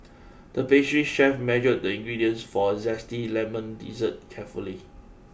the pastry chef measured the ingredients for a zesty lemon dessert carefully